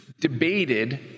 debated